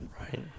right